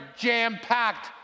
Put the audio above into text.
jam-packed